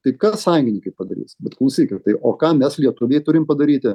taip ką sąjungininkai padarys bet klausykit tai o ką mes lietuviai turim padaryti